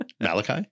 Malachi